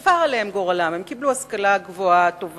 ששפר עליהם גורלם: הם קיבלו השכלה טובה,